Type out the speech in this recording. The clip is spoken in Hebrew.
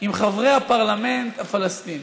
עם חברי הפרלמנט הפלסטיני.